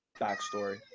backstory